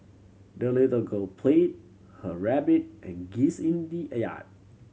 the little girl play her rabbit and geese in the a yard